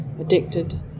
addicted